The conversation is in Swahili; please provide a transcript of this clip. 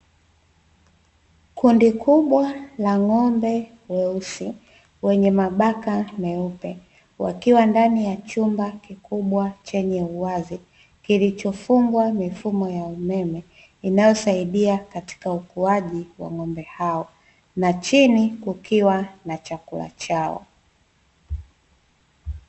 Kundi kubwa la ng'ombe weusi wenye mabaka meupe, wakiwa ndani ya chumba kikubwa chenye uwazi, kilichofungwa mifumo ya umeme inayosaidia katika ukuaji wa ng'ombe hao. Na chini kukiwa na chakula chao.